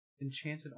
Enchanted